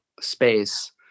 space